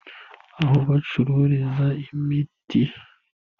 Aho bacururiza imiti. ,